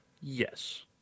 Yes